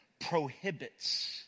prohibits